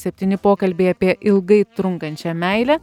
septyni pokalbiai apie ilgai trunkančią meilę